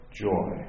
joy